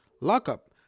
Lockup